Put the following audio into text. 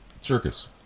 Circus